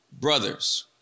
brothers